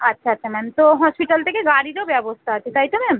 আচ্ছা আচ্ছা ম্যাম তো হসপিটাল থেকে গাড়িরও ব্যবস্থা আছে তাই তো ম্যাম